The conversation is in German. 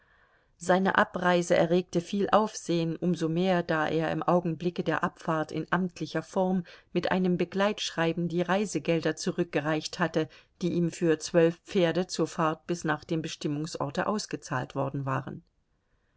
seine abreise erregte viel aufsehen um so mehr da er im augenblicke der abfahrt in amtlicher form mit einem begleitschreiben die reisegelder zurückgereicht hatte die ihm für zwölf pferde zur fahrt bis nach dem bestimmungsorte ausgezahlt worden waren